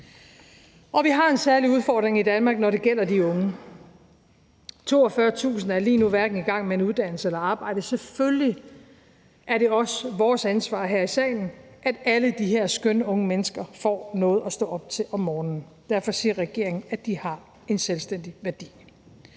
Og vi har en særlig udfordring i Danmark, når det gælder de unge. 42.000 er lige nu hverken i gang med en uddannelse eller arbejde. Selvfølgelig er det også vores ansvar her i salen, at alle de her skønne unge mennesker får noget at stå op til om morgenen; derfor siger regeringen, at det har en selvstændig værdi.